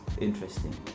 Interesting